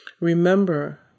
Remember